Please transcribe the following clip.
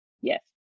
Yes